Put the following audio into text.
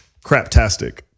craptastic